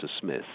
Smith